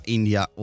India